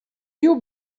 you